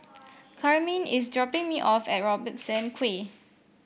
Carmine is dropping me off at Robertson Quay